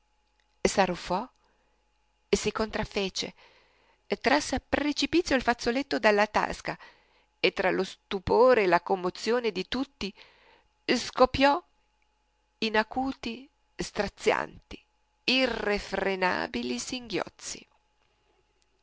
s'arruffò si contraffece trasse a precipizio il fazzoletto dalla tasca e tra lo stupore e la commozione di tutti scoppiò in acuti strazianti irrefrenabili singhiozzi